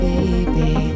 Baby